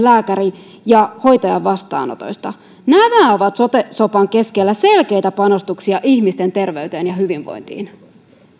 lääkärin ja hoitajan vastaanotoista nämä ovat sote sopan keskellä selkeitä panostuksia ihmisten terveyteen ja hyvinvointiin